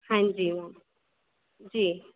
हां जी मैम जी